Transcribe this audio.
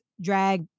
drag